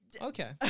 okay